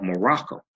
Morocco